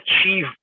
achieve